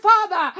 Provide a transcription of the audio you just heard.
Father